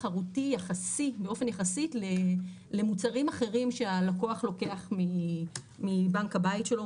תחרותי יחסית למוצרים אחרים שהלקוח לוקח מבנק הבית שלו,